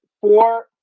four